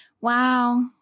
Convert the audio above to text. wow